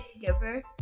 giver